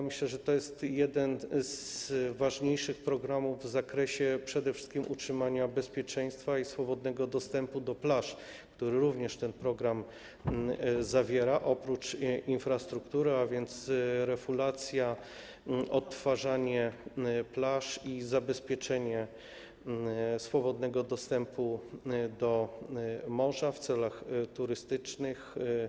Myślę, że to jest jeden z ważniejszych programów w zakresie przede wszystkim utrzymania bezpieczeństwa i swobodnego dostępu do plaż, które również ten program określa oprócz infrastruktury, a więc są to: refulacja, odtwarzanie plaż i zabezpieczenie swobodnego dostępu do morza w celach turystycznych.